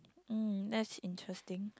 um that's interesting